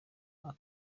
trump